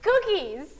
cookies